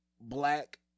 black